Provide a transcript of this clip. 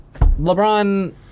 LeBron